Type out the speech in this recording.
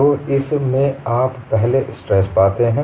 तो इस में आप पहले स्ट्रेस पाते हैं